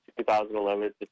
2011